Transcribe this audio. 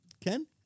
Ken